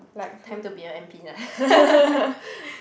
time to be a m_p lah